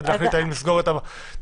כדי להחליט האם לסגור את המשרד?